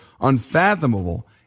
unfathomable